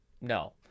no